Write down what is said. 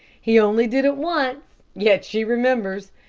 he only did it once, yet she remembers.